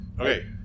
okay